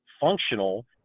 functional